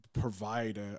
provide